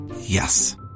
Yes